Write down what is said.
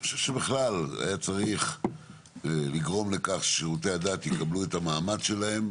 אני חושב שבכלל היה צריך לגרום לכך ששירותי הדת יקבלו את המעמד שלהם,